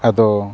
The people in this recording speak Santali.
ᱟᱫᱚ